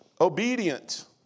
obedient